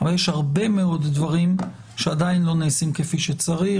אבל יש הרבה מאוד דברים שעדיין לא נעשים כפי שצריך,